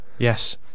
Yes